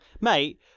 Mate